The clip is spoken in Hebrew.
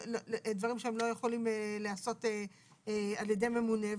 אלה דברים שהם לא יכולים להיעשות על ידי ממונה.